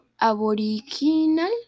aboriginal